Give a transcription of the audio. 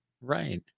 Right